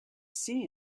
see